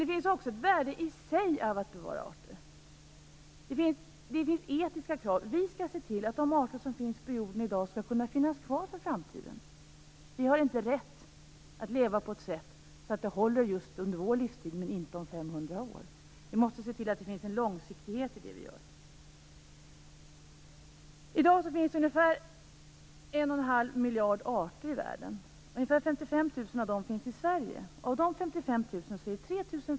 Det finns också ett värde i sig i att bevara arter. Det finns etiska krav. Vi skall se till att de arter som finns på jorden i dag skall kunna finnas kvar i framtiden. Vi har inte rätt att leva på ett sådant sätt att det håller under just vår livstid men inte om 500 år. Vi måste se till att det finns en långsiktighet i det vi gör. I dag finns det ungefär 1 1⁄2 miljard arter i världen.